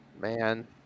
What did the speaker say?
man